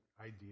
idea